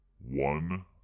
one